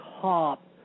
top